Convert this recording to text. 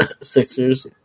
Sixers